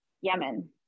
Yemen